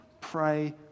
Pray